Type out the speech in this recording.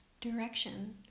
direction